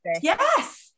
yes